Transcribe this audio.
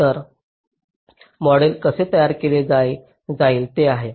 तर मॉडेल कसे तयार केले जाईल ते आहे